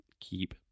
keep